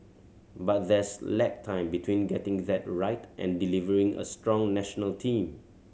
but there's lag time between getting that right and delivering a strong national team